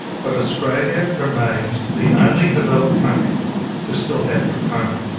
but australia remains the only developed country to still have trachoma.